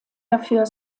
dafür